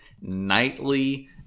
nightly